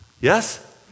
Yes